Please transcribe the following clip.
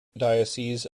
diocese